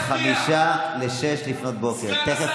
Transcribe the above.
סגן השר לכלום ושום דבר.